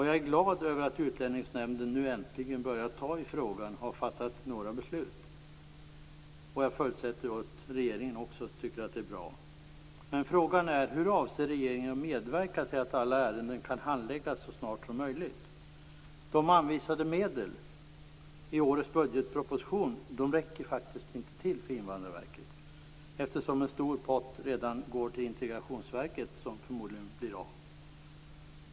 Jag är glad över att Utlänningsnämnden nu äntligen börjar ta tag i frågan och har fattat några beslut. Jag förutsätter att också regeringen tycker att det är bra. Men frågan är: Hur avser regeringen att medverka till att alla ärenden kan handläggas så snart som möjligt? De i årets budgetproposition anvisade medlen räcker faktiskt inte till för Invandrarverket, eftersom en stor post redan går till det integrationsverk som förmodligen blir av.